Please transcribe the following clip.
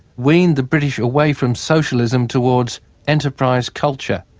weaned the british away from socialism towards enterprise culture.